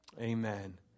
Amen